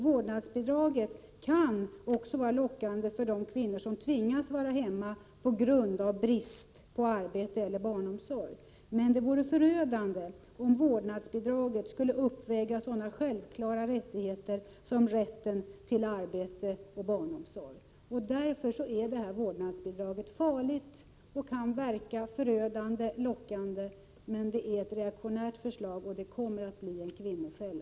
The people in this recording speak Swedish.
Vårdnadsbidraget kan också vara lockande för kvinnor som tvingas stanna hemma på grund av brist på arbete eller barnomsorg. Men det vore förödande om vårdnadsbidraget skulle uppväga sådana självklara rättigheter som rätten till arbete och barnomsorg. Därför är detta vårdnadsbidrag farligt och kan verka förödande lockande. Förslaget är reaktionärt och det kommer att bli en kvinnofälla.